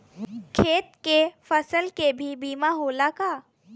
खेत के फसल के भी बीमा होला का?